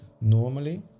normally